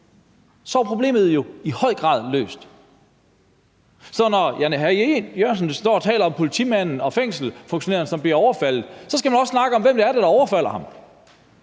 så var problemet jo i høj grad løst. Så når hr. Jan E. Jørgensen står og taler om politimanden og fængselsfunktionæren, som bliver overfaldet, skal man også snakke om, hvem det er, der overfalder ham.